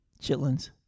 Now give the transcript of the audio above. Chitlins